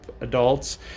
adults